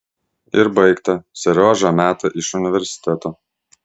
ir baigta seriožą meta iš universiteto